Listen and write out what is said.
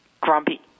grumpy